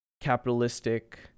capitalistic